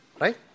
Right